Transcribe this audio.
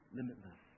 limitless